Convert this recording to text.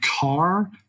car